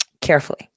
carefully